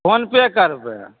PhonePe करबै